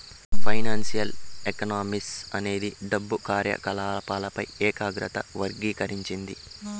financial economics అనేది డబ్బు కార్యకాలపాలపై ఏకాగ్రత వర్గీకరించింది